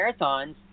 marathons